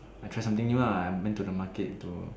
I tried something new lah I went to the market to